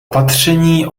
opatření